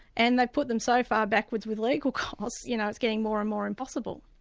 and they put them so far backwards with legal costs, you know, it's getting more and more impossible.